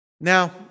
Now